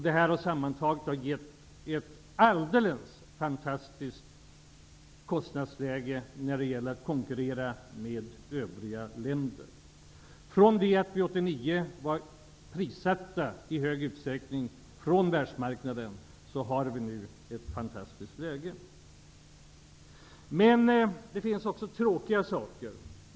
Detta har sammantaget gett ett alldeles fantastiskt kostnadsläge för exportindustrin i fråga om att konkurrera med övriga länder. Från det att Sverige 1989 var mer eller mindre prissatt från världsmarknaden så har Sverige nu ett fantastiskt konkurrensläge. Men det finns också tråkiga saker.